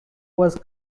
was